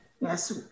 Yes